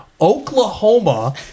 Oklahoma